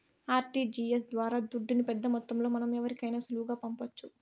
RTGS ద్వారా దుడ్డుని పెద్దమొత్తంలో మనం ఎవరికైనా సులువుగా పంపొచ్చు